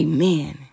Amen